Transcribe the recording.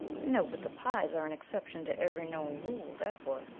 no, but the pyes are an exception to every known rule, that's what,